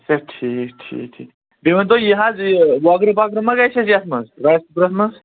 اچھا ٹھیٖک ٹھیٖک ٹھیٖک بیٚیہِ ؤنۍتو یہِ حظ یہِ گوگرِ پوگرِ ما گژھِ اَسہِ یَتھ منٛز رایِس کُکرَن منٛز